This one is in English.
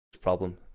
problem